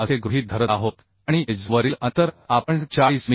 असे गृहीत धरत आहोत आणि एज वरील अंतर आपण 40 मि